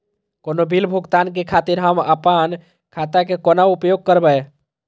कोनो बील भुगतान के खातिर हम आपन खाता के कोना उपयोग करबै?